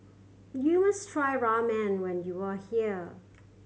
you must try Ramen when you are here